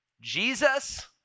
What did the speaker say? Jesus